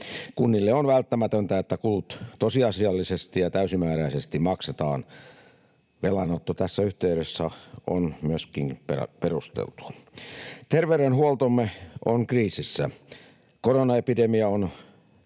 Kunnille on välttämätöntä, että kulut tosiasiallisesti ja täysimääräisesti maksetaan. Velanotto tässä yhteydessä on myöskin perusteltua. Terveydenhuoltomme on kriisissä. Koronaepidemia on